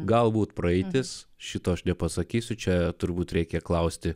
galbūt praeitis šito aš nepasakysiu čia turbūt reikia klausti